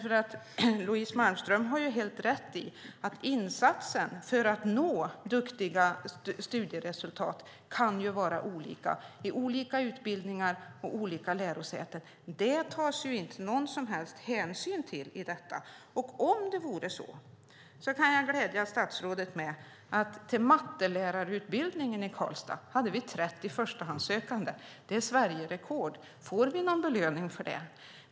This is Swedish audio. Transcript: Louise Malmström har helt rätt i att insatsen för att nå goda studieresultat kan vara olika i olika utbildningar och på olika lärosäten. Det tas det inte någon som helst hänsyn till. Men om det vore så kan jag glädja statsrådet med att vi till mattelärarutbildningen i Karlstad hade 30 förstahandssökande. Det är Sverigerekord. Får vi någon belöning för det?